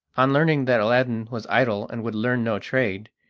on learning that aladdin was idle and would learn no trade,